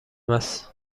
است